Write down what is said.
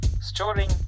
storing